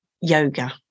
yoga